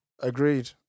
Agreed